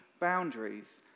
boundaries